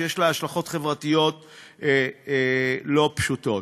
שיש לה השלכות חברתיות לא פשוטות.